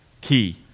Key